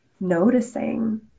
noticing